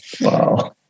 wow